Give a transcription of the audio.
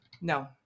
No